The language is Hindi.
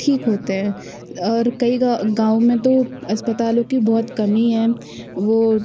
ठीक होते हैं और कई गाँव में तो अस्पतालों की बहुत कमी है वो